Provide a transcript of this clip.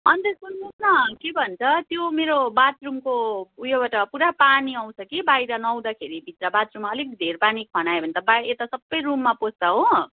अन्त सुन्नुहोस् के भन्छ त्यो मेरो बाथरुमको उयोबाट पुरा पानी आउँछ कि बाहिर नुहाउँदाखेरि भित्र बाथरुममा अलिक धेर पानी खनायो भने त बा यता सबै रुममा पस्छ हो